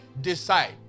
Decide